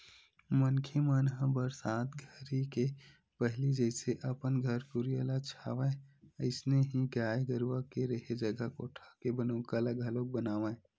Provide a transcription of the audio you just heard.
मनखे मन ह बरसात घरी के पहिली जइसे अपन घर कुरिया ल छावय अइसने ही गाय गरूवा के रेहे जघा कोठा के बनउका ल घलोक बनावय